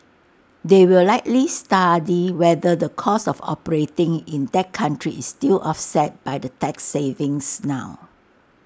they will likely study whether the cost of operating in that country is still offset by the tax savings now